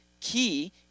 key